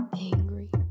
Angry